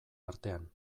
artean